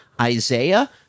Isaiah